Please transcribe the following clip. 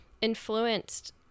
influenced